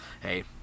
hey